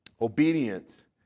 obedience